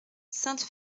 sainte